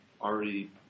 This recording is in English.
already